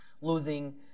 losing